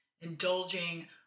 indulging